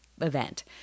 event